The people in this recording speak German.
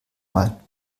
mal